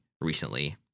recently